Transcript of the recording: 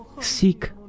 seek